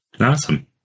Awesome